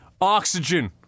oxygen